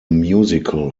musical